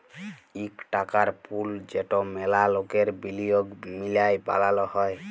ইক টাকার পুল যেট ম্যালা লকের বিলিয়গ মিলায় বালাল হ্যয়